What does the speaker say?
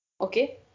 okay